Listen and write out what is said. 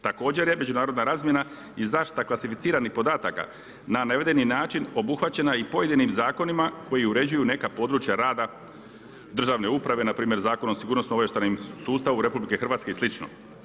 Također je međunarodna razmjena i zaštita klasificiranih podataka na navedeni način obuhvaćena i pojedinim zakonima koji uređuju neka područja rada državne uprave npr. Zakon o sigurnosno obavještajnom sustavu Republike Hrvatske i sl.